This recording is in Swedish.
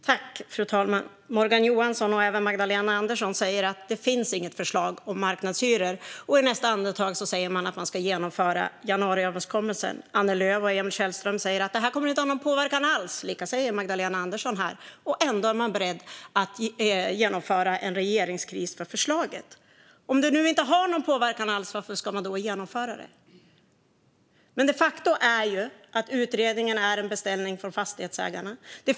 Fru talman! Morgan Johansson och även Magdalena Andersson säger att det inte finns något förslag om marknadshyror. I nästa andetag säger man att man ska genomföra januariöverenskommelsen. Annie Lööf och Emil Källström säger att det här inte kommer att ha någon påverkan alls. Magdalena Andersson säger samma sak här. Ändå är man beredd att utlösa en regeringskris över förslaget. Men om det nu inte har någon påverkan alls, varför ska man då genomföra det? Faktum är att utredningen är en beställning från Fastighetsägarna.